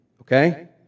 okay